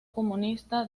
comunista